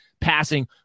passing